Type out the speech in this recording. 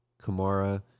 Kamara